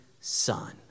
son